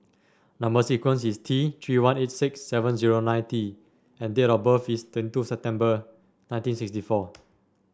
number sequence is T Three one eight six seven zero nine T and date of birth is twenty two September nineteen sixty four